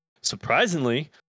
Surprisingly